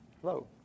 Hello